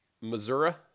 Missouri